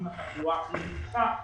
אם התחלואה נמוכה,